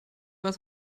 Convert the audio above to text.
was